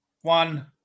one